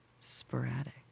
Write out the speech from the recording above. sporadic